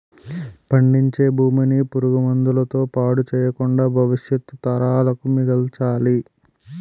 పండించే భూమిని పురుగు మందుల తో పాడు చెయ్యకుండా భవిష్యత్తు తరాలకు మిగల్చాలి